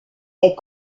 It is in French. est